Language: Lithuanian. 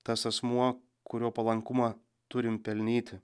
tas asmuo kurio palankumą turim pelnyti